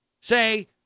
say